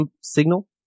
signal